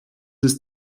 ist